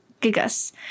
Gigas